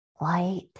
light